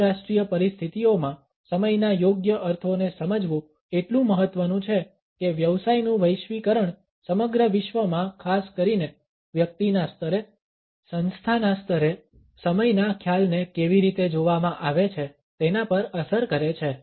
આંતરરાષ્ટ્રીય પરિસ્થિતિઓમાં સમયના યોગ્ય અર્થોને સમજવું એટલું મહત્વનું છે કે વ્યવસાયનું વૈશ્વિકરણ સમગ્ર વિશ્વમાં ખાસ કરીને વ્યક્તિના સ્તરે સંસ્થાના સ્તરે સમયના ખ્યાલને કેવી રીતે જોવામાં આવે છે તેના પર અસર કરે છે